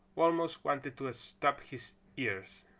almost wanted to stop his ears.